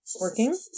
working